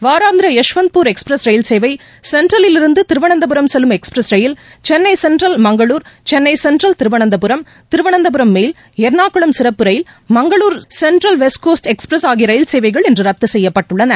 வாராந்திர யஷ்வந்த்பூர் எக்ஸ்பிரஸ் ரயில்சேவை சென்ட்ரலில் இருந்து திருவனந்தபுரம் செல்லும் எக்ஸ்பிரஸ் ரயில் Chennai central Mangalore Chennai central Thiruvananthapuram Thiruvananthapuram mail Ernakulam சிறப்பு ரயில் Mangalore central west coast express ஆகிய ரயில்சேவைகள் இன்று ரத்து செய்யப்பட்டுள்ளன